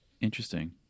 Interesting